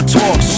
talk